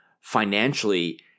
financially